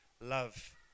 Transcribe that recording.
love